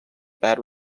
bad